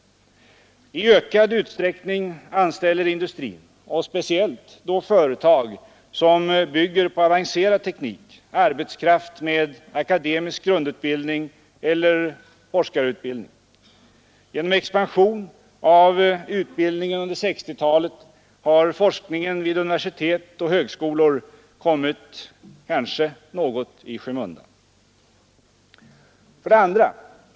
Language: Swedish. I ökad utsträckning anställer industrin, och speciellt då företag som bygger på avancerad teknik, arbetskraft med akademisk grundutbildning. Genom expansion av utbildningen under 1960-talet har forskningen vid universitet och högskolor kanske kommit något i skymundan. 2.